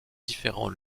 différents